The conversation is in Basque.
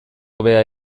hobea